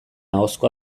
ahozko